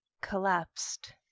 collapsed